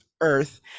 earth